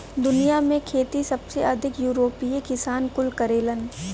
दुनिया में खेती सबसे अधिक यूरोपीय किसान कुल करेलन